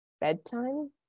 Bedtime